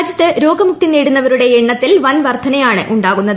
രാജ്യത്തെ രോഗമുക്തി നേടുന്നവരുടെ എണ്ണത്തിൽ വൻ വർധനയാണ് ഉണ്ടാകുന്നത്